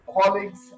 colleagues